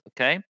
okay